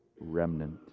remnant